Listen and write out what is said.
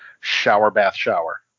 shower-bath-shower